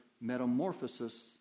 metamorphosis